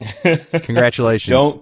Congratulations